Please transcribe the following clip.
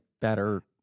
better